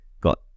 got